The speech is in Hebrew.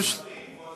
השרים או אסירים?